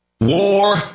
war